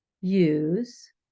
use